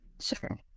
Sure